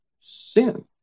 Sin